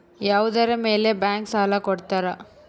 ಯಾವುದರ ಮೇಲೆ ಬ್ಯಾಂಕ್ ಸಾಲ ಕೊಡ್ತಾರ?